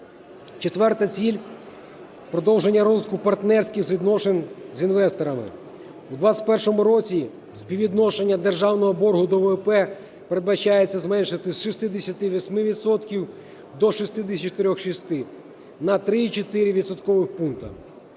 Четверта ціль. Продовження розвитку партнерських відносин з інвесторами. В 21-му році співвідношення державного боргу до ВВП передбачається зменшити з 68 відсотків до 64,6 – на